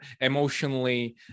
emotionally